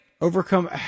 Overcome